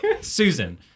Susan